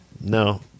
no